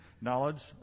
knowledge